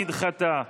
נדחתה.